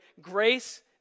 grace